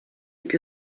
più